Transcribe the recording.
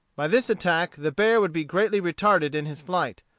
by this attack the bear would be greatly retarded in his flight,